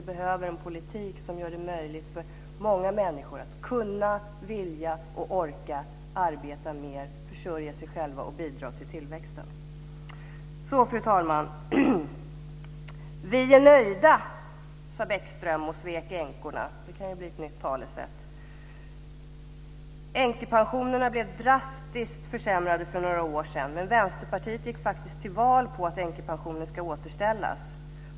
Vi behöver en politik som gör det möjligt för många människor att vilja och orka arbeta mer, försörja sig själva och bidra till tillväxten. Fru talman! Vi är nöjda, sade Lars Bäckström och svek änkorna - det kan ju bli ett nytt talesätt. Änkepensionerna blev drastiskt försämrade för några år sedan, men Vänsterpartiet gick faktiskt till val på att änkepensionerna skulle återställas.